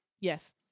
yes